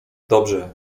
dobrze